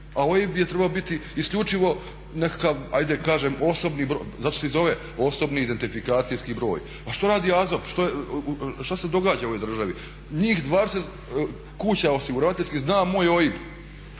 A OIB je trebao biti isključivo nekakav ajde da kažem osobni broj, zato se i zove osobni identifikacijski broj. Pa što radi AZOP, što se događa u ovoj državi? Njih 20 kuća osiguravateljskih zna moj OIB,